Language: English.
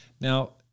Now